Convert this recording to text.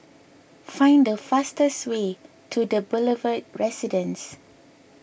find the fastest way to the Boulevard Residence